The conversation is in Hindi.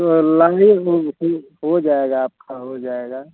तो लाइये हो जायेगा आपका हो जायेगा